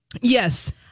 Yes